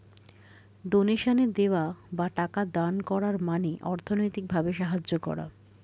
ডোনেশনে দেওয়া বা টাকা দান করার মানে অর্থনৈতিক ভাবে সাহায্য করা